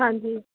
ਹਾਂਜੀ